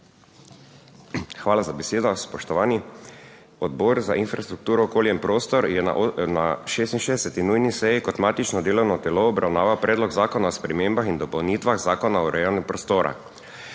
Hvala za besedo. Spoštovani! Odbor za infrastrukturo, okolje in prostor je na 66. nujni seji kot matično delovno telo obravnaval Predlog zakona o spremembah in dopolnitvah Zakona o urejanju prostora.